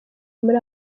muri